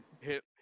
hit